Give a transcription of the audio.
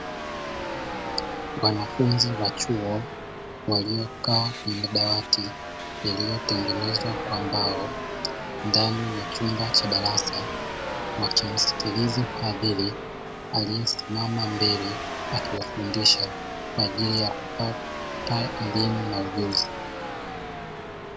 Wanafunzi wa chuo waliokaa kwenye madawati yaliyotengenezwa kwa mbao ndani ya chumba cha darasa, wakimsikiliza mhadhiri aliyesimama mbele akiwafundisha, kwa ajili ya kupata elimu na ujuzi.